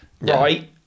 right